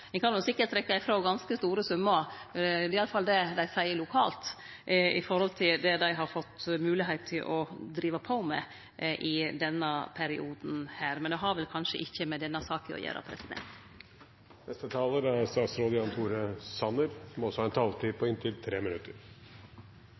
Ein kan nok sikkert trekkje ifrå ganske store summar, det er iallfall det dei seier lokalt når det gjeld det dei har fått moglegheit til å drive på med i denne perioden. Men det har vel kanskje ikkje med denne saka å gjere. Jeg må innrømme at jeg er